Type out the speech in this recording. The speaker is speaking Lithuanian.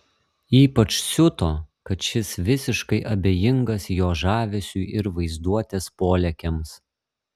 ypač siuto kad šis visiškai abejingas jo žavesiui ir vaizduotės polėkiams